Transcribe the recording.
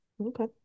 Okay